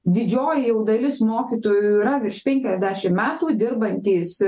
didžioji jau dalis mokytojų yra virš penkiasdešim metų dirbantys